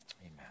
amen